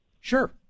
Sure